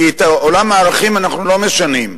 כי את עולם הערכים אנחנו לא משנים,